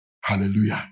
Hallelujah